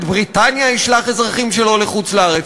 בריטניה ישלח אזרחים שלו לחוץ-לארץ?